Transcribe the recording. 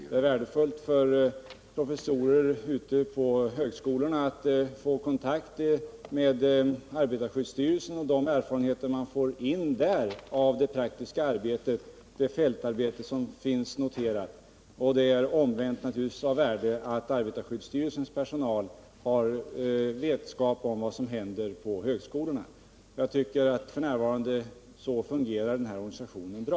Det är värdefullt för professorer på högskolorna att få kontakt med arbetarskyddsstyrelsen och få del av de erfarenheter man där har av fältarbetet. Omvänt är det naturligtvis av värde att arbetarskyddsstyrelsens personal har vetskap om vad som händer på högskolorna. F. n. fungerar den här organisationen bra.